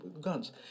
guns